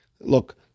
Look